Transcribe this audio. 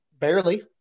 Barely